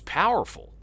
powerful